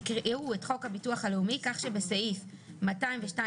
יקראו את חוק הביטוח הלאומי כך שבסעיף 202(ב)(3),